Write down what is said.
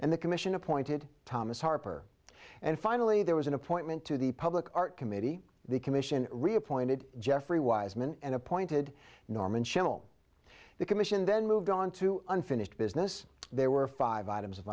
and the commission appointed thomas harper and finally there was an appointment to the public art committee the commission reappointed geoffrey wiseman and appointed norman schimmel the commission then moved on to unfinished business there were five items of